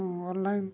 online